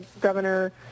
governor